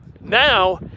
now